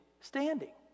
standing